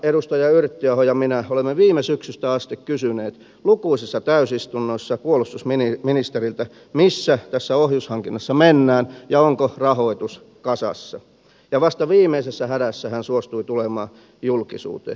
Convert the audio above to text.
edustaja yrttiaho ja minä olemme viime syksystä asti kysyneet lukuisissa täysistunnoissa puolustusministeriltä missä tässä ohjushankinnassa mennään ja onko rahoitus kasassa ja vasta viimeisessä hädässä hän suostui tulemaan julkisuuteen